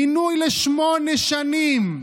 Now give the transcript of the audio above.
מינוי לשמונה שנים.